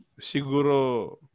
siguro